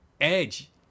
edge